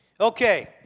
Okay